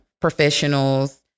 professionals